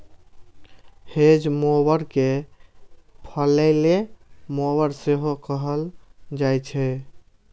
hedge mower कें फलैले mower सेहो कहल जाइ छै